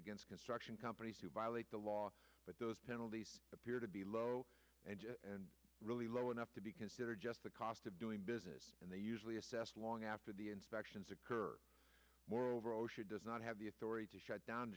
against construction companies who violate the law but those penalties appear to be low and really low enough to be considered just the cost of doing business and they usually assessed long after the inspections occurred moreover osha does not have the authority to shut down